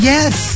Yes